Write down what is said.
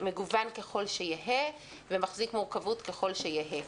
מגוון ככל שיהא, ומחזיק מורכבות ככל שיהא.